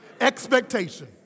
expectation